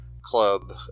club